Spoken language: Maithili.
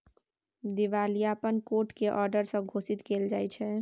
दिवालियापन कोट के औडर से घोषित कएल जाइत छइ